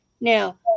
Now